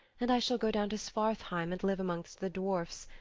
and i shall go down to svartheim and live amongst the dwarfs.